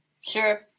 Sure